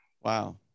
Wow